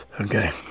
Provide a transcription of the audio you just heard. Okay